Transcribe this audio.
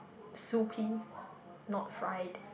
soupy not fried